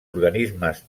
organismes